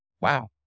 wow